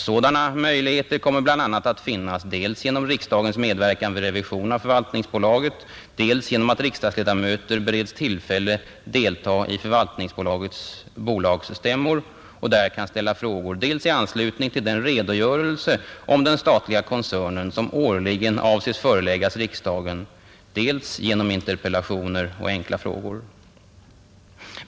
Sådana möjligheter kommer bl.a. att finnas dels genom riksdagens medverkan vid revision av förvaltningsbolaget, dels genom att riksdagsledamöter bereds tillfälle delta i förvaltningsbolagets bolagsstämmor och där kan ställa frågor, dels i anslutning till den redogörelse om den statliga koncernen, som årligen avses föreläggas riksdagen, dels genom interpellationer och enkla frågor.